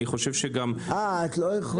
אני חושב שגם --- את לא יכולה.